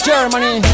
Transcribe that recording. Germany